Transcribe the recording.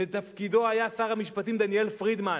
בתפקידו היה שר המשפטים דניאל פרידמן,